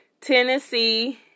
Tennessee